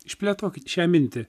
išplėtokit šią mintį